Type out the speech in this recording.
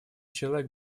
человек